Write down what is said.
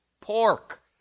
pork